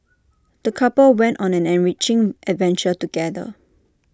the couple went on an enriching adventure together